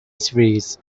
series